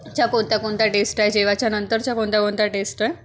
च्या कोणत्या कोणत्या टेस्ट आहे जेवायच्या नंतर कोणत्या कोणत्या टेस्ट आहे